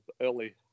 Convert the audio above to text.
early